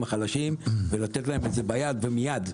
החלשים ולתת להם את זה ביד ומייד,